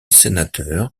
sénateur